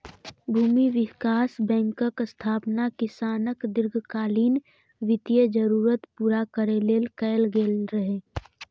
भूमि विकास बैंकक स्थापना किसानक दीर्घकालीन वित्तीय जरूरत पूरा करै लेल कैल गेल रहै